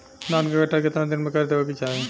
धान क कटाई केतना दिन में कर देवें कि चाही?